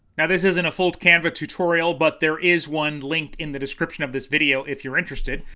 now this isn't a full canva tutorial, but there is one linked in the description of this video if you're interested.